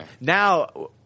now